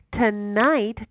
tonight